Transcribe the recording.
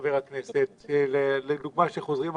חבר הכנסת, לדוגמה כשחוזרים הביתה.